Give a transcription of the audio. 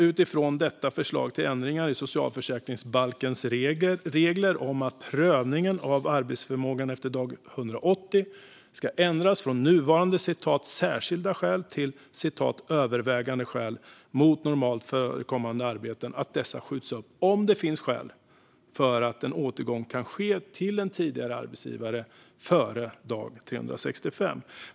Enligt detta förslag till ändringar i socialförsäkringsbalkens regler ska prövningen av arbetsförmågan mot normalt förekommande arbeten efter dag 180 skjutas upp om "övervägande skäl" - en ändring från nuvarande "särskilda skäl" - talar för att en återgång kan ske till en tidigare arbetsgivare före dag 365.